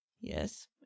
Yes